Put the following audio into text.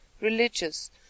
religious